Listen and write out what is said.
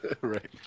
Right